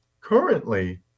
Currently